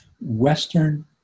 Western